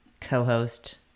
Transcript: co-host